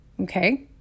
okay